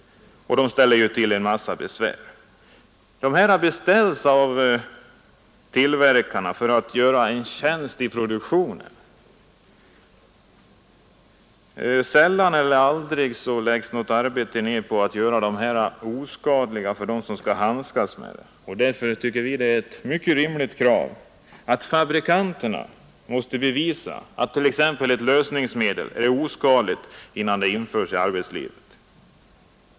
De ställer ju till en massa besvär. De medlen beställs av tillverkarna för att göra tjänst i produktionen, men sällan eller aldrig läggs det ned arbete på att göra medlen oskadliga för de arbetare som skall handskas med dem. Därför tycker vi att det är ett rimligt krav att fabrikanterna måste bevisa att t.ex. ett lösningsmedel är oskadligt, innan det införs i arbetslivet.